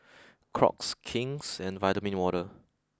Crocs King's and Vitamin Water